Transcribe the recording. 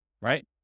right